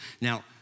Now